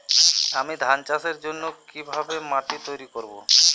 আমি ধান চাষের জন্য কি ভাবে মাটি তৈরী করব?